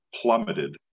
plummeted